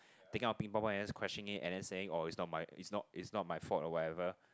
taking our Ping Pong ball and just crushing it and then saying oh it's not my it's not it's not my fault or whatever